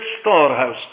storehouse